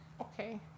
Okay